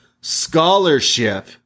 scholarship